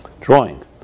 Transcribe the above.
drawing